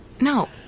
No